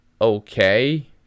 okay